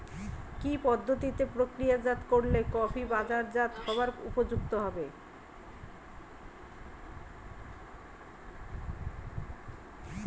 কি পদ্ধতিতে প্রক্রিয়াজাত করলে কফি বাজারজাত হবার উপযুক্ত হবে?